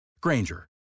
Granger